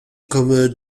comme